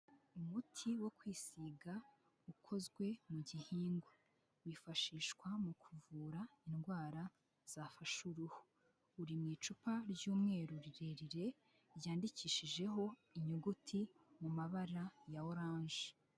Umuti wo kwisiga ukozwe mu gihingwa wifashishwa mu kuvura indwara zafashe uruhu, uri mu icupa ry'umweru rirerire ryandikishijeho inyuguti mu mabara ya oranje.